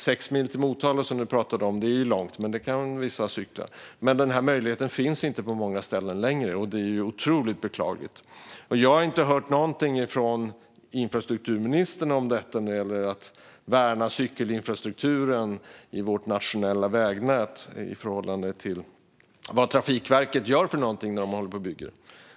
Sex mil till Motala, som ledamoten pratade om, är långt, men vissa kan cykla den sträckan. Men på många ställen finns inte möjligheten längre, och det är otroligt beklagligt. Jag har inte hört någonting från infrastrukturministern när det gäller att värna cykelinfrastrukturen i vårt nationella vägnät i förhållande till vad Trafikverket gör när de bygger.